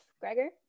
Gregor